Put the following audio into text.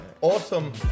awesome